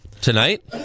Tonight